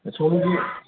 ꯑꯁꯣꯝꯒꯤ